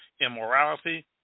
immorality